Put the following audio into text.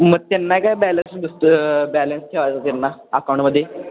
मग त्यांना काय बॅलन्स दुसरं बॅलन्स ठेवायचं त्यांना अकाऊंटमध्ये